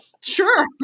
Sure